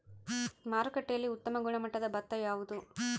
ಮಾರುಕಟ್ಟೆಯಲ್ಲಿ ಉತ್ತಮ ಗುಣಮಟ್ಟದ ಭತ್ತ ಯಾವುದು?